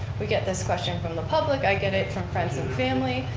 we get this question from the public, i get it from friends and family.